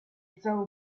zhao